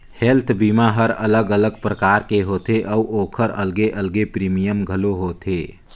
health बीमा हर अलग अलग परकार के होथे अउ ओखर अलगे अलगे प्रीमियम घलो होथे